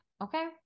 Okay